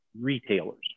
retailers